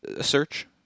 search